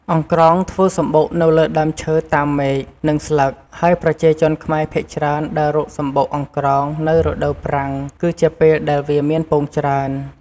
ចំពោះសត្វអង្រ្កងវិញ វាមានរសជាតិជូរ ប៉ុន្តែអាចបរិភោគបាន និងមានរសជាតិឆ្ងាញ់ថែមទៀតផង លើសពីនេះប្រជាជនខ្មែរចាត់ទុកថាវាជាម្ហូបប្រពៃណីមួយបែប។